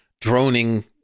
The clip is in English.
droning